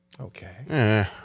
okay